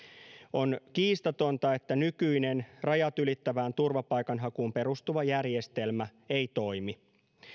on kiistatonta että nykyinen rajat ylittävään turvapaikanhakuun perustuva järjestelmä ei toimi